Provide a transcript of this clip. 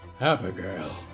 Abigail